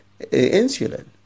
insulin